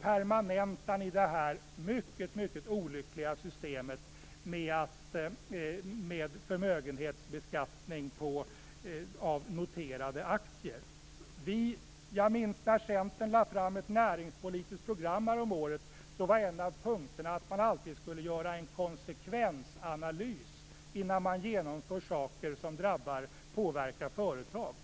permanentar ni det här mycket olyckliga systemet med förmögenhetsbeskattning av noterade aktier. Jag minns att när Centern lade fram ett näringspolitiskt program häromåret var en av punkterna att man alltid skulle göra en konsekvensanalys innan man genomför saker som påverkar företag.